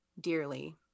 dearly